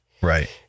Right